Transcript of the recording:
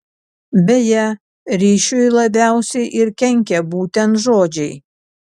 beje ryšiui labiausiai ir kenkia būtent žodžiai